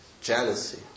jealousy